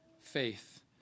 faith